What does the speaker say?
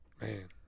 Man